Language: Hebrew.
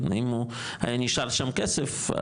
אם היה נשאר שם כסף,